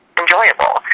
enjoyable